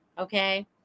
Okay